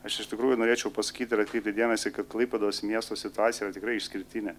aš iš tikrųjų norėčiau pasakyti ir atkreipti dėmesį kad klaipėdos miesto situacija yra tikrai išskirtinė